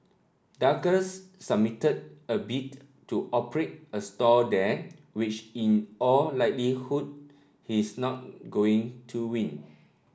Douglas submitted a bid to operate a stall there which in all likelihood he is not going to win